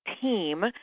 team